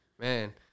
man